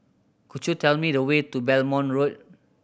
could you tell me the way to Belmont Road